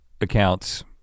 accounts